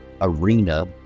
arena